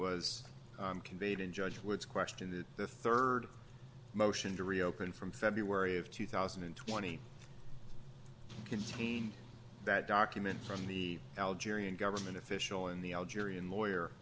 was conveyed in judge which question that the rd motion to reopen from february of two thousand and twenty contained that document from the algerian government official in the algerian lawyer